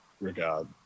regard